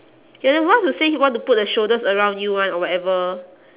you're the one who say he want to put the shoulders around you [one] or whatever